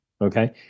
okay